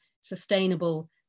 sustainable